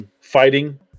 Fighting